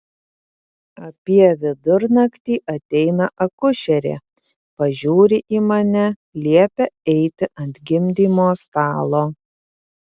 apie vidurnaktį ateina akušerė pažiūri į mane liepia eiti ant gimdymo stalo